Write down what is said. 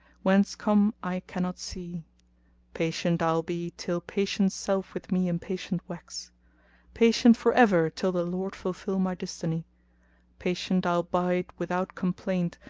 whence come i cannot see patient i'll be till patience self with me impatient wax patient for ever till the lord fulfil my destiny patient i'll bide without complaint,